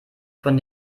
von